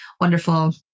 wonderful